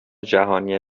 جهانی